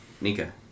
Nika